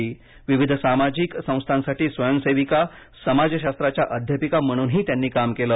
आरंभ विविध सामाजिक संस्थांसाठी स्वयंसेविका समाजशास्त्राच्या अध्यापिका म्हणूनही त्यांनी काम केलं